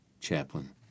chaplain